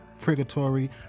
Purgatory